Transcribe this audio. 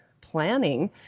planning